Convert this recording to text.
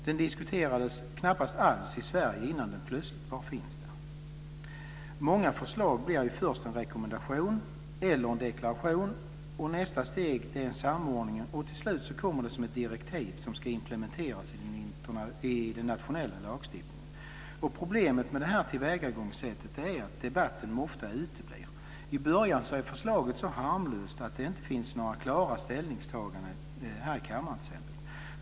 Den diskuterades knappast alls i Sverige innan den plötsligt bara fanns där. Många förslag blir först en rekommendation eller en deklaration. Nästa steg är samordningen, och till slut kommer det som ett direktiv som ska implementeras i den nationella lagstiftningen. Problemet med det här tillvägagångssättet är att debatten ofta uteblir. I början är förslaget så harmlöst att det inte finns några klara ställningstaganden t.ex. här i kammaren.